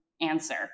answer